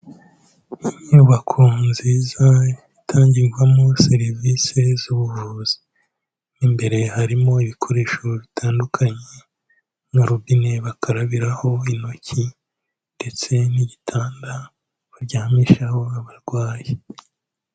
Inyubako nziza itangirwamo serivise z'ubuvuzi, imbere harimo ibikoresho bitandukanye na robine bakarabiraho intoki ndetse n'igitanda baryamishaho abarwayi.